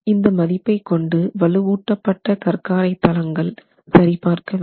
இந்த மதிப்பை கொண்டு வலுவூட்டப்பட்ட கற்காரை தளங்கள் சரி பார்க்க வேண்டும்